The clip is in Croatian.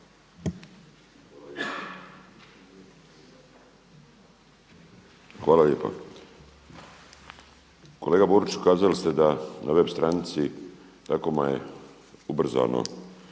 Hvala lijepa. Kolega Boriću kazali ste da na web stranica DKOM je ubrzano